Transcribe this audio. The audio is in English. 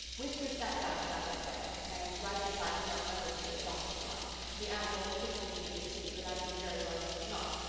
whiskers sat down, as i have said, and right beside him on another chair doc was lying. the animal was pretending to be asleep but i knew very well he was not,